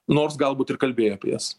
nors galbūt ir kalbėjo apie jas